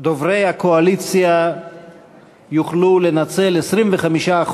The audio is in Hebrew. שדוברי הקואליציה יוכלו לנצל 25%,